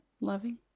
loving